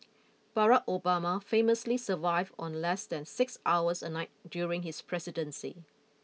Barack Obama famously survived on less than six hours a night during his presidency